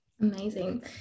Amazing